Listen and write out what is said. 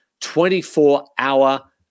24-hour